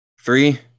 three